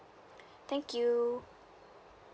thank you